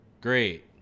Great